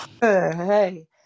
Hey